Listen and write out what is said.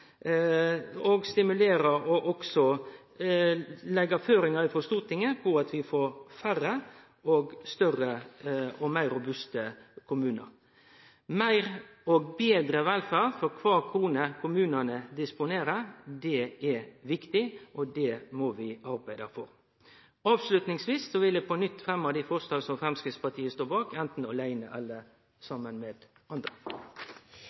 og stimulere til sunn konkurranse og leggje føringar frå Stortinget om at vi får færre og større og meir robuste kommunar. Meir og betre velferd for kvar krone kommunane disponerer, er viktig, og det må vi arbeide for. Til slutt vil eg fremme dei forslaga som Framstegspartiet står bak, enten aleine eller saman med andre.